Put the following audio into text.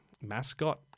mascot